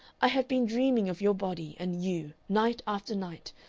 i have been dreaming of your body and you night after night.